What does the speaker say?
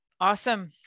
Awesome